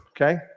Okay